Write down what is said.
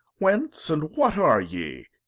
whence, and what are ye?